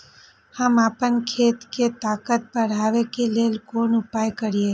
हम आपन खेत के ताकत बढ़ाय के लेल कोन उपाय करिए?